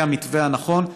זה המתווה הנכון,